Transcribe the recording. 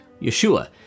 Yeshua